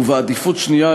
ובעדיפות שנייה,